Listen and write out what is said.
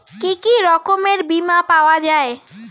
কি কি রকমের বিমা পাওয়া য়ায়?